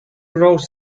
roast